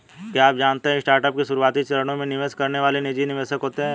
क्या आप जानते है स्टार्टअप के शुरुआती चरणों में निवेश करने वाले निजी निवेशक होते है?